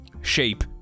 shape